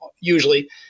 usually